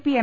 P M